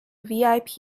vip